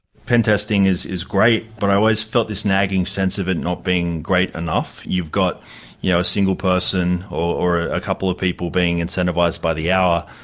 pentesting is is great, but i always felt this nagging sense of it not being great enough. you've got you know a single person or a couple of people being incentivised by the hour,